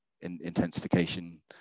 intensification